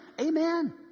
Amen